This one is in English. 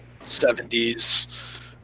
70s